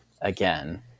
again